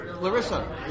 Larissa